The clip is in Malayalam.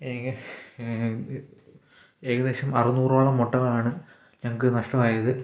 ഏക ഏകദേശം അറുനൂറോളം മുട്ടകളാണ് ഞങ്ങൾക്ക് നഷ്ടം ആയത്